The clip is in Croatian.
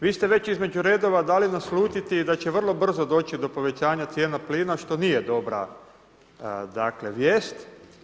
Vi ste već između redova dali naslutiti da će vrlo brzo doći do povećanja cijena plina što nije dobra, dakle vijest.